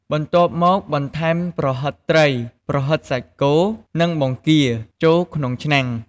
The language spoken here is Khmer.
បន្ទាប់មក បន្ថែម ប្រហិតត្រី ប្រហិតសាច់គោ និង បង្គា ចូលក្នុងឆ្នាំង។